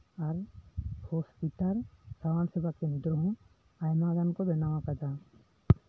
ᱟᱨ hospital ᱥᱟᱶᱟᱨ ᱥᱮᱵᱟ ᱠᱮᱱᱫᱨᱚ ᱟᱭᱢᱟᱜᱟᱱ ᱠᱚ ᱵᱮᱱᱟᱣ ᱟᱠᱟᱫᱟ